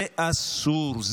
זה אסור.